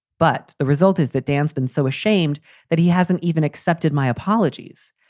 but the result is that dan's been so ashamed that he hasn't even accepted my apologies.